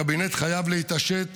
הקבינט חייב להתעשת